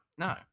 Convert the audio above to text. No